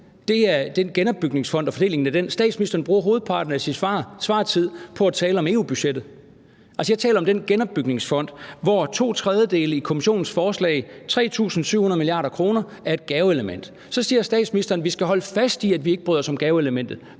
det er den genopbygningsfond og fordelingen af midlerne i den. Statsministeren bruger hovedparten af sin svartid på at tale om EU-budgettet. Jeg taler om den genopbygningsfond, hvoraf to tredjedele i Kommissionens forslag, 3.700 mia. kr., er et gaveelement. Så siger statsministeren: Vi skal holde fast i, at vi ikke bryder os om gaveelementet,